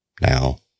now